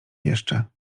jeszcze